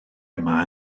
yma